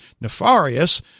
nefarious